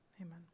Amen